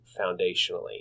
foundationally